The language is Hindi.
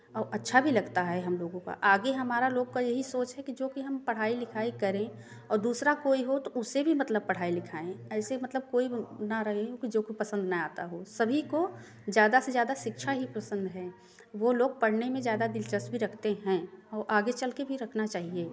और अच्छा भी लगता है हम लोगों का आगे हमारा लोग का यही सोच है कि जो कि हम पढ़ाई लिखाई करें और दूसरा कोई हो तो उसे भी मतलब पढ़ाएँ लिखाएँ ऐसे मतलब कोई ना रहे कि जो कि पसंद न आता हो सभी को ज्यादा से ज्यादा शिक्षा ही पसंद है वो लोग पढ़ने में ज्यादा दिलचस्पी रखते हैं और आगे चल कर भी रखना चाहिए